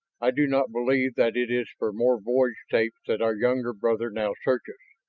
i do not believe that it is for more voyage tapes that our younger brother now searches,